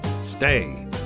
stay